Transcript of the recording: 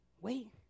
wait